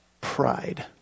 Pride